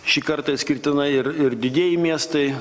šį kartą išskirtinai ir ir didieji miestai